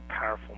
powerful